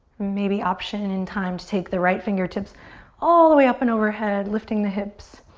maybe option in time to take the right fingertips all the way up and overhead, lifting the hips.